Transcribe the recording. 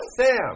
Sam